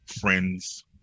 friends